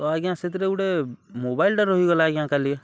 ତ ଆଜ୍ଞା ସେଥିରେ ଗୁଟେ ମୋବାଇଲ୍ଟେ ରହିଗଲା ଆଜ୍ଞା କାଲି